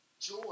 Joy